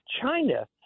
China